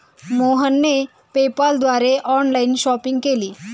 मोहनने पेपाल द्वारे online shopping केली